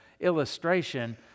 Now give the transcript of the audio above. illustration